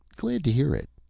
glad to hear it.